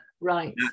right